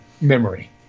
memory